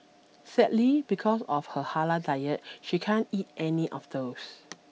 sadly because of her halal diet she can't eat any of those